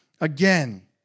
again